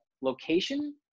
location